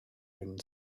wind